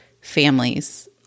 families